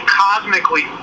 cosmically